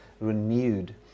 renewed